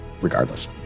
regardless